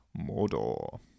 Mordor